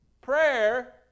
Prayer